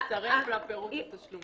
הוא צריך לצרף אותן לפירוט התשלומים.